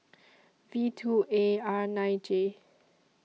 V two A R nine J